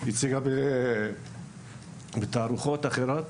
היא הציגה בתערוכות אחרות